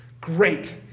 Great